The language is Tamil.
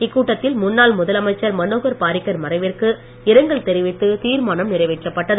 இக்கூட்டத்தில் முன்னாள் முதலமைச்சர் மனோகர் பாரிக்கர் மறைவிற்கு இரங்கல் தெரிவித்து தீர்மானம் நிறைவேற்றப்பட்டது